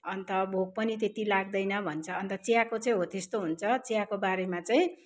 अन्त भोक पनि त्यति लाग्दैन भन्छ अन्त चियाको चाहिँ हो त्यस्तो हुन्छ चियाको बारेमा चाहिँ